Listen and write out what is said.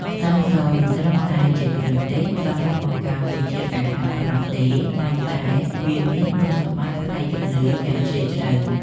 ខ្ទឹមសមិនត្រឹមតែជាគ្រឿងទេសសម្រាប់បង្កើនរសជាតិអាហារប៉ុណ្ណោះទេប៉ុន្តែវាមានគុណសម្បត្តិផ្នែកជំនឿយ៉ាងជ្រាលជ្រៅ។